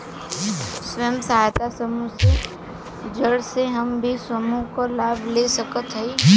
स्वयं सहायता समूह से जुड़ के हम भी समूह क लाभ ले सकत हई?